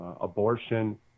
abortion